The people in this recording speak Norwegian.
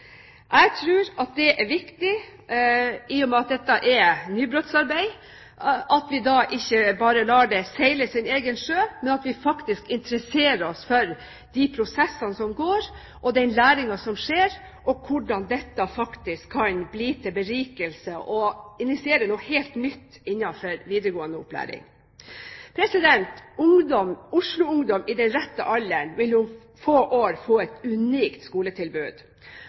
Jeg tror, i og med at dette er nybrottsarbeid, det er viktig at vi ikke bare lar det seile sin egen sjø, men at vi faktisk interesserer oss for de prosessene som går og den læringen som skjer, og for hvordan dette faktisk kan bli til berikelse og initiere noe helt nytt innenfor videregående opplæring. Oslo-ungdom i den rette alderen vil om få år få et unikt skoletilbud,